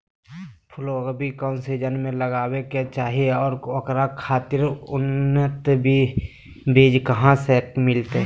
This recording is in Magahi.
फूलगोभी कौन सीजन में लगावे के चाही और ओकरा खातिर उन्नत बिज कहा से मिलते?